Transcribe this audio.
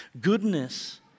goodness